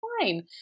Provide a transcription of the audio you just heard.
fine